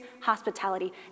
hospitality